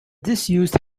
disused